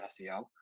SEO